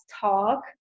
talk